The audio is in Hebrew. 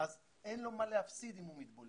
אז אין לו מה להפסיד אם הוא מתבולל,